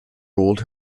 ruled